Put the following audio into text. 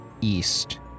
east